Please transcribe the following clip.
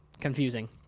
confusing